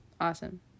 Awesome